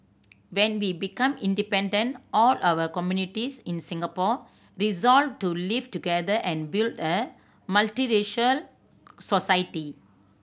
when we became independent all our communities in Singapore resolved to live together and build a multiracial society